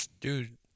Dude